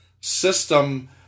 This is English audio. system